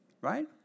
Right